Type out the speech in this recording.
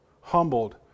humbled